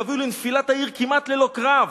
יביאו לנפילת העיר כמעט ללא קרב,